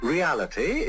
Reality